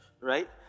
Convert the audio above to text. Right